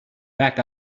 back